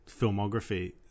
filmography